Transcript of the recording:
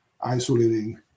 isolating